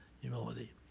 humility